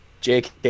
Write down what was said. Jake